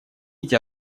эти